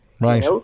Right